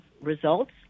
results